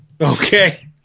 okay